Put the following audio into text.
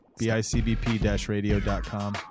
bicbp-radio.com